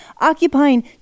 occupying